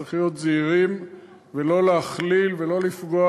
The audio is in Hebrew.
צריך להיות זהירים ולא להכליל ולא לפגוע